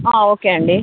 okay అండి